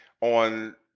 on